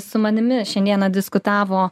su manimi šiandieną diskutavo